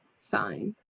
sign